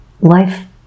life